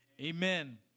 amen